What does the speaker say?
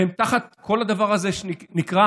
והם תחת כל הדבר הזה שנקרא: